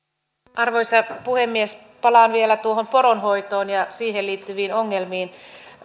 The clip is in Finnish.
arvoisa puhemies palaan vielä poronhoitoon ja siihen liittyviin ongelmiin